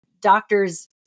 doctor's